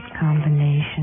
combination